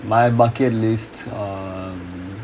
my bucket list um